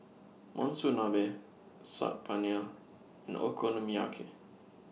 Monsunabe Saag Paneer and Okonomiyaki